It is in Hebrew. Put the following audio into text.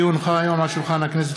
כי הונחו היום על שולחן הכנסת,